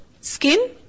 skin